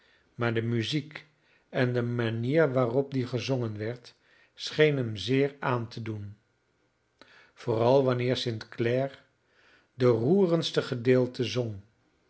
maar de muziek en de manier waarop die gezongen werd scheen hem zeer aan te doen vooral wanneer st clare de roerendste gedeelten zong